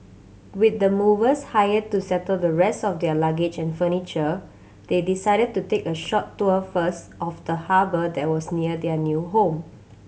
with the movers hired to settle the rest of their luggage and furniture they decided to take a short tour first of the harbour that was near their new home